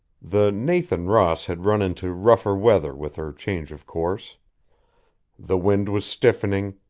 the nathan ross had run into rougher weather with her change of course the wind was stiffening,